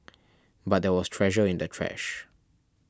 but there was treasure in the trash